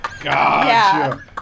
Gotcha